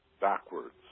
backwards